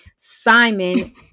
simon